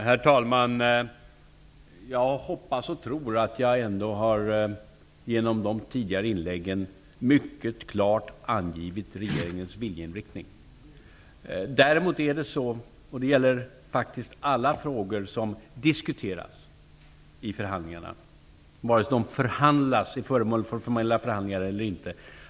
Herr talman! Jag hoppas och tror att jag genom de tidigare inläggen mycket klart har angivit regeringens viljeinriktning. Däremot kan jag inte säga vad utgången kommer att bli, och det gäller alla frågor som diskuteras i förhandlingarna, vare sig de är föremål för formella förhandlingar eller inte.